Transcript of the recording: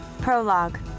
Prologue